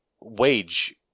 wage